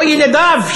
או ילדיו,